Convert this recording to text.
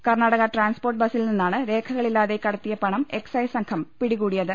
Karnataka transport ബസിൽ നിന്നാണ് രേഖകളില്ലാതെ കടത്തിയ പണം എക്സൈസ് സംഘം പിടികൂടിയത്